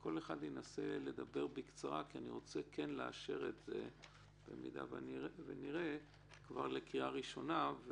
שכל אחד ינסה לדבר בקצרה כי אני כן רוצה לאשר את זה כבר לקריאה ראשונה.